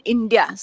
India